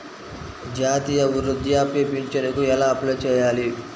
జాతీయ వృద్ధాప్య పింఛనుకి ఎలా అప్లై చేయాలి?